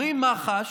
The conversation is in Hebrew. אומרים מח"ש: